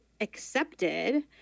accepted